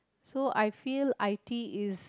so I feel I_T is